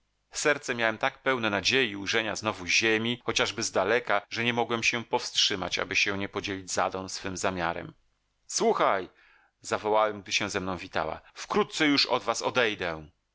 serce miałem tak pełne nadziei ujrzenia znowu ziemi chociażby z daleka że nie mogłem się powstrzymać aby się nie podzielić z adą swym zamiarem słuchaj zawołałem gdy się ze mną witała wkrótce już od was